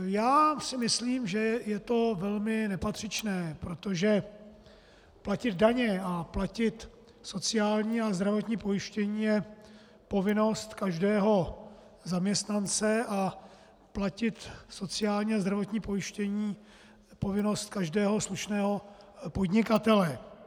Já si myslím, že je to velmi nepatřičné, protože platit daně a platit sociální a zdravotní pojištění je povinnost každého zaměstnance a platit sociální a zdravotní pojištění je povinnost každého slušného podnikatele.